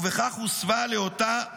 ובכך הוסבה לאותה זכות.